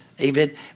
Amen